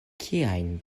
kiajn